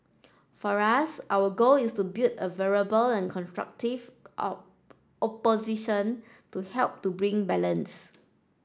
for us our goal is to build a viable and constructive opposition to help to bring balance